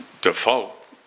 default